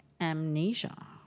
amnesia